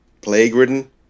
Plague-ridden